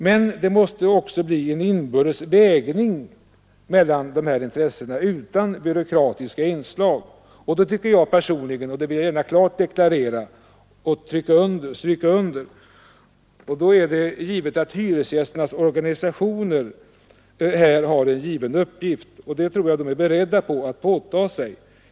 Men det måste också bli en inbördes vägning mellan de här intressena utan byråkratiska inslag. I det sammanhanget tycker jag personligen — och det vill jag gärna klart deklarera — att hyresgästernas organisationer har en given uppgift, och jag tror att de är beredda att åta sig den.